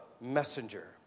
messenger